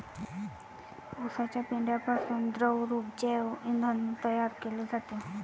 उसाच्या पेंढ्यापासून द्रवरूप जैव इंधन तयार केले जाते